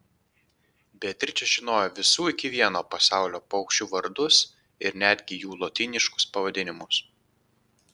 beatričė žinojo visų iki vieno pasaulio paukščių vardus ir netgi jų lotyniškus pavadinimus